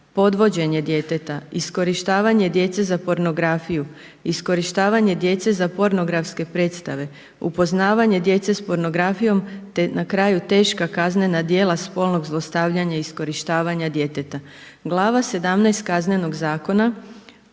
podvođenje djeteta, iskorištavanje djece za pornografiju, iskorištavanje djece za pornografske predstave, upoznavanje djece s pornografijom te na kraju teška kaznena djela spolnog zlostavljanja i iskorištavanja djeteta. Glava 17 Kaznenog zakona